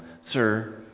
Sir